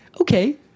Okay